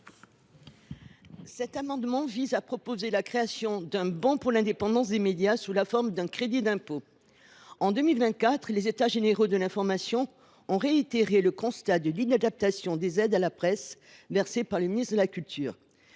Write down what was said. Cet amendement vise à créer un « bon pour l’indépendance des médias » sous la forme d’un crédit d’impôt. En 2024, les États généraux de l’information ont réitéré le constat de l’inadaptation des aides à la presse versées par le ministre de la culture,